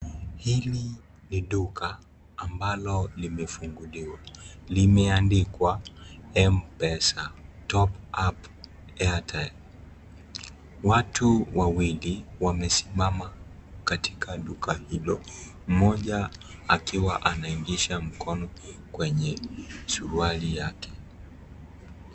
Hili ni duka ambalo limefunguliwa , limeandikwa M-pesa ] top up airtime . Watu wawili wamesimama katika duka hilo mmoja akiwa ameingiza mkono kwenye suruali yake.